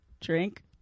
Drink